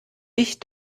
ich